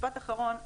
משפט אחרון,